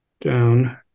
down